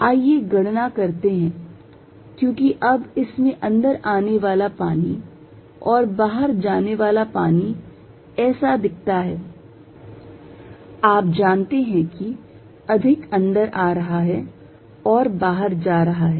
आइए गणना करते हैं क्योंकि अब इसमें अंदर आने वाला पानी और बाहर जाने वाला पानी ऐसा दिखता है आप जानते हैं कि अधिक अंदर आ रहा है और बाहर जा रहा है